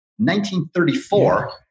1934